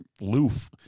loof